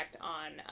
on